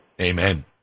Amen